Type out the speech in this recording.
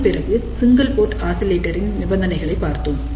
அதன் பிறகு single port ஆசிலேட்டரின் நிபந்தனைகளைப் பார்த்தோம்